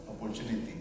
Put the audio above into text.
opportunity